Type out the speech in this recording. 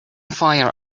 fire